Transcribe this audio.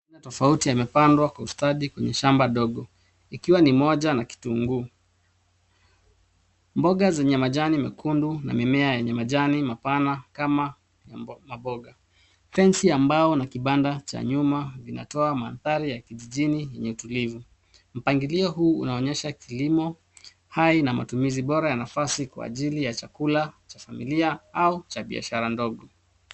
Mimea tofauti yamepandwa kwa ustadi kwenye shamba dogo ikiwa ni moja na kitunguu. Mboga zenye majani mekundu na mimea yenye majani mapana kama maboga. Fensi ya mbao na kibanda cha nyuma vinatoa mandhari ya kijijini yenye utulivu. Mpangilio huu unaonyesha kilimo hai na matumizi bora ya nafasi kwa ajili ya chakula cha familia au cha biashara ndogo.